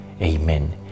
Amen